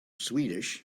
swedish